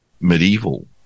medieval